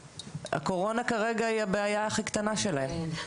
הקורונה כרגע היא הבעיה הכי קטנה שלהם.